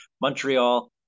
Montreal